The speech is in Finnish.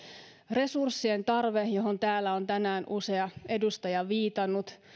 resurssien tarve johon täällä tänään usea edustaja on viitannut